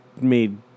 made